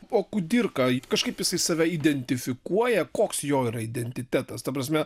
o kudirka kažkaip jisai save identifikuoja koks jo yra identitetas ta prasme